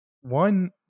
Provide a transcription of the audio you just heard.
one